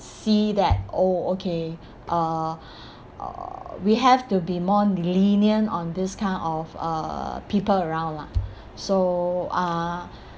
see that oh okay uh uh we have to be more lenient on this kind of uh people around lah so uh